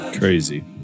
Crazy